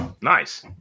Nice